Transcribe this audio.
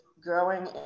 growing